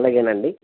అలాగేనండి